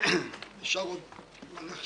זה לא מיוחס לחבר הכנסת כץ,